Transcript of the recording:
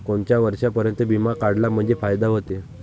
कोनच्या वर्षापर्यंत बिमा काढला म्हंजे फायदा व्हते?